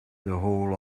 whole